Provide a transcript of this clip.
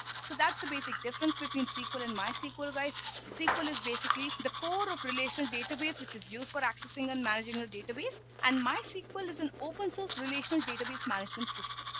so that's the basic difference between sql and mysql guys sql is basically the core of relational database which is used for accessing and managing a database and mysql is an open source relational database management system.